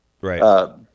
Right